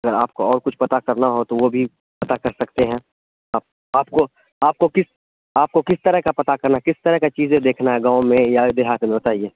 اگر آپ کو اور کچھ پتہ کرنا ہو تو وہ بھی پتہ کر سکتے ہیں آپ آپ کو آپ کو کس آپ کو کس طرح کا پتہ کرنا کس طرح کا چیزیں دیکھنا ہے گاؤں میں یا دیہات میں بتائیے